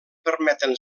permeten